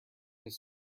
his